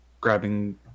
grabbing